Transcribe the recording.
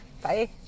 Bye